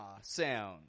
sound